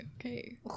okay